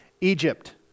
Egypt